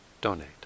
donate